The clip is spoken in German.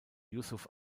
yusuf